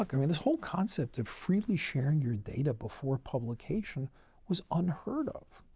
i mean this whole concept of freely sharing your data before publication was unheard of.